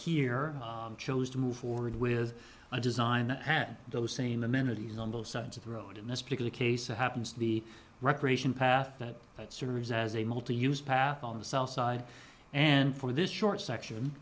here chose to move forward with a design that had those same amenities on both sides of the road in this particular case happens the recreation path that serves as a multiuse path on the south side and for this short section